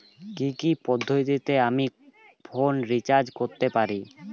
কি কি পদ্ধতিতে আমি ফোনে রিচার্জ করতে পারি?